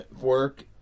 work